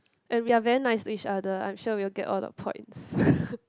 and we are very nice to each other I'm sure we will get all the points